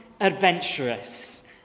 adventurous